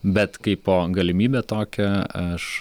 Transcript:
bet kaipo galimybę tokią aš